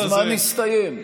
הזמן הסתיים.